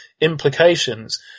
implications